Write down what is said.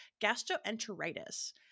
gastroenteritis